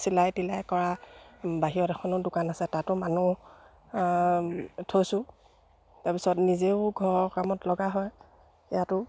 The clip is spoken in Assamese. চিলাই তিলাই কৰা বাহিৰত এখনো দোকান আছে তাতো মানুহ থৈছোঁ তাৰপিছত নিজেও ঘৰৰ কামত লগা হয় ইয়াতো